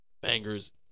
bangers